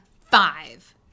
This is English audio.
five